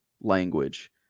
language